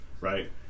right